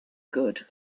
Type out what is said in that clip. good